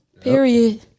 Period